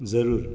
जरूर